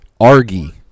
Argy